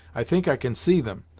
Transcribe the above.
i think i can see them,